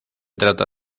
trata